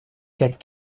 get